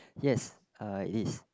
yes uh it's